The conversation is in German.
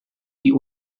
die